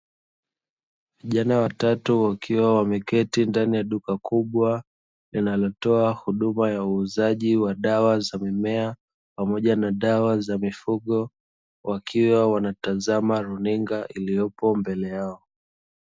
Vijana watatu wakiwa wameketi ndani ya duka kubwa linalotoa huduma ya uuzaji wa dawa za mimea, pamoja na dawa za mifugo wakiwa wanatazama runinga iliyopo mbele yao.